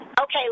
Okay